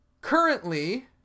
Currently